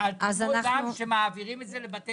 על תרומות דם שמעבירים לבתי